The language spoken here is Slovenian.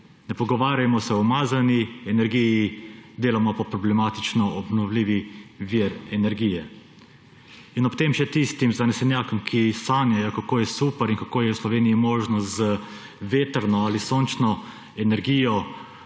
Ne pogovarjajmo se o umazani energiji, delamo pa problematičen obnovljivi vir energije. Ob tem še tistim zanesenjakom, ki sanjajo, kako je super in kako je v Sloveniji možnost z vetrno ali sončno energijo,